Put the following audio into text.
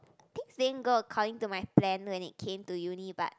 things didn't go according to my plan when it came to uni but